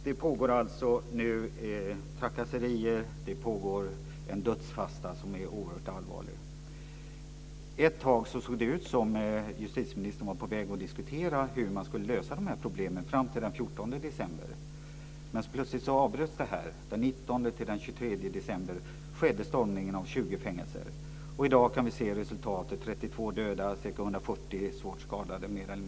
Det pågår alltså trakasserier, en dödsfasta som är oerhört allvarlig. Ett tag såg det ut som att utrikesministern var på väg att diskutera hur man skulle lösa de här problemen, fram till den 14 december. Sedan avbröts det. Den 19-23 december skedde stormningen av 20 fängelser. I dag kan vi se resultatet: 32 döda, ca 140 mer eller mindre svårt skadade.